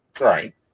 right